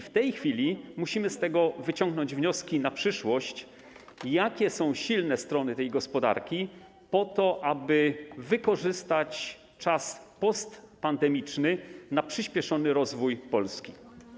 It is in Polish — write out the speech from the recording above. W tej chwili musimy z tego wyciągnąć wnioski na przyszłość, jakie są silne strony tej gospodarki, aby wykorzystać czas postpandemiczny na przyspieszony rozwój Polski.